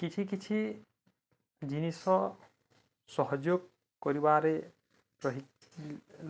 କିଛି କିଛି ଜିନିଷ ସହଯୋଗ କରିବାରେ ରହି